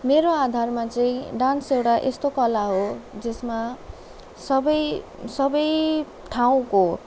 मेरो आधारमा चाहिँ डान्स एउटा यस्तो कला हो जसमा सबै सबै ठाउँको